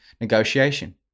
negotiation